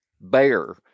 bear